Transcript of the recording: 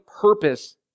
purpose